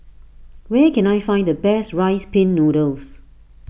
where can I find the best Rice Pin Noodles